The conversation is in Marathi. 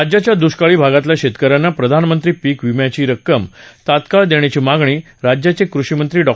राज्याच्या दुष्काळी भागातल्या शेतकऱ्यांना प्रधानमंत्री पीक विम्याची रक्कम तात्काळ देण्याची मागणी राज्याचे कृषी मंत्री डॉ